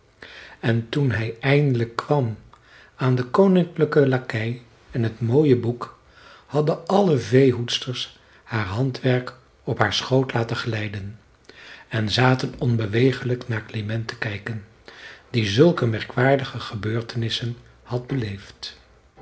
en toen hij eindelijk kwam aan den koninklijken lakei en t mooie boek hadden alle veehoedsters haar handwerk op haar schoot laten glijden en zaten onbewegelijk naar klement te kijken die zulke merkwaardige gebeurtenissen had beleefd